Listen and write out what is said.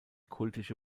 kultische